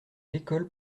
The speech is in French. l’école